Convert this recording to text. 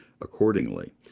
accordingly